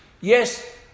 Yes